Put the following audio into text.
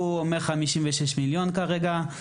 הוא אומר 56 מיליון כרגע,